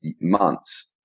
months